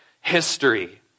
history